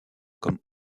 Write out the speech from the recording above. comme